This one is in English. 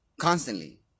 Constantly